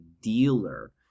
dealer